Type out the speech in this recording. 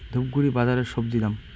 ধূপগুড়ি বাজারের স্বজি দাম?